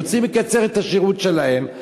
רוצים לקצר את השירות שלהם,